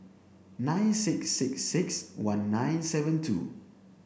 nine six six six one nine seven two